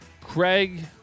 Craig